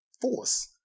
force